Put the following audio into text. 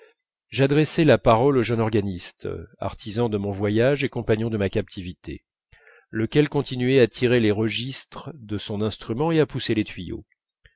j'adressai la parole au jeune organiste artisan de mon voyage et compagnon de ma captivité lequel continuait à tirer les registres de son instrument et à pousser les tuyaux